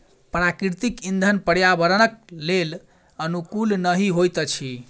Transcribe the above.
प्राकृतिक इंधन पर्यावरणक लेल अनुकूल नहि होइत अछि